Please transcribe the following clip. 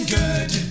good